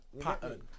Pattern